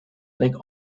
like